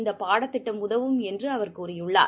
இந்தபாடத் திட்டம் உதவும் என்றுஅவர் கூறியுள்ளார்